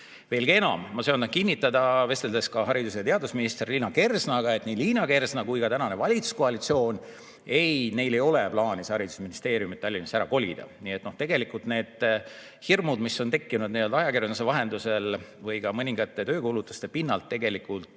Veelgi enam, ma söandan kinnitada, olles vestelnud ka haridus‑ ja teadusminister Liina Kersnaga, et ei Liina Kersnal ega tänasel valitsuskoalitsioonil ei ole plaanis haridusministeeriumi Tallinnasse kolida. Nii et tegelikult need hirmud, mis on tekkinud ajakirjanduse vahendusel või ka mõningate töökuulutuste pinnalt, sisulist